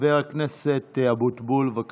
חבר הכנסת אבוטבול, בבקשה.